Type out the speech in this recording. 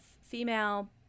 female